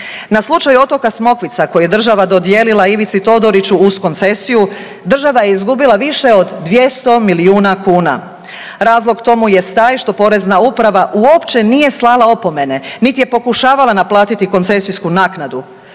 Na slučaju otoka Smokvica, koji je država dodijelila Ivici Todoriću uz koncesiju, država je izgubila više od 200 milijuna kuna. Razlog tomu jest taj što Porezna uprava uopće nije slala opomene, niti je pokušavala naplatiti koncesijsku naknadu.